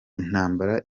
intambara